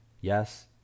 Yes